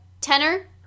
tenor